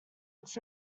its